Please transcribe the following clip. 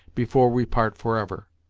before we part forever.